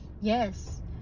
Yes